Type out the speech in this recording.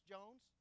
Jones